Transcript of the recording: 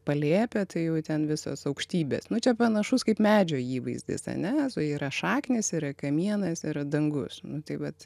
palėpė tai jau ten visos aukštybės nu čia panašus kaip medžio įvaizdis ane yra šaknys yra kamienais yra dangus taip vat